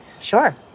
Sure